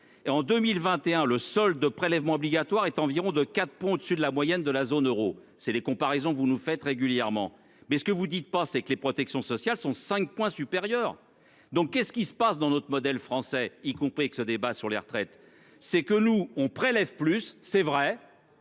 et en 2021, le solde de prélèvements obligatoires est environ de 4 pont au-dessus de la moyenne de la zone euro c'est les comparaisons vous nous faites régulièrement. Mais ce que vous dites pas, c'est que les protections sociales sont 5 points supérieur donc qu'est-ce qui se passe dans notre modèle français y compris et que ce débat sur les retraites, c'est que nous on prélève plus, c'est vrai.